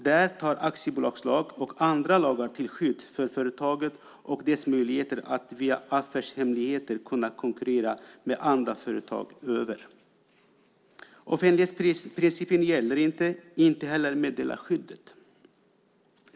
Där tar aktiebolagslag och andra lagar till skydd för företaget och dess möjligheter att via affärshemligheter konkurrera med andra företag över. Offentlighetsprincipen gäller inte, inte heller meddelarskyddet.